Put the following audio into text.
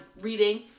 reading